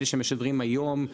אלה שמשדרים היום.